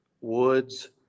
Woods